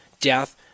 death